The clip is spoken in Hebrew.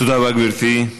תודה רבה, גברתי.